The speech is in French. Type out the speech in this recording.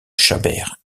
chabert